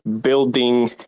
building